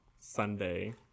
Sunday